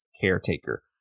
caretaker